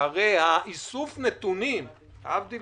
שהרי איסוף הנתונים, להבדיל